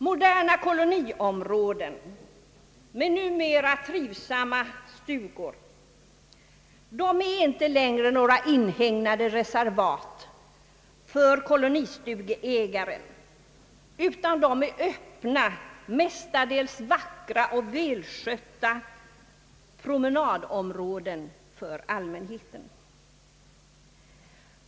Moderna koloniområden med trivsamma stugor är inte längre några inhägnade reservat för kolonistugeägare utan öppna, mestadels vackra och välskötta promenadområden för allmänheten.